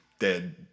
dead